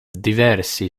diversi